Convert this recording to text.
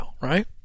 right